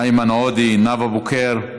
איימן עודה, נאוה בוקר,